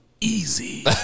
easy